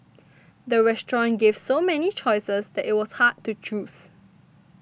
the restaurant gave so many choices that it was hard to choose